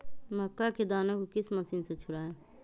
मक्का के दानो को किस मशीन से छुड़ाए?